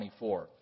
24